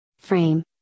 Frame